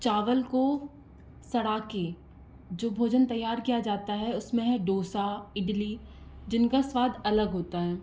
चावल को सड़ा के जो भोजन तैयार किया जाता है उसमें है डोसा इडली जिनका स्वाद अलग होता है